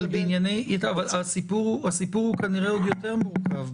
אבל הסיפור הוא כנראה עוד יותר מורכב.